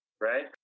right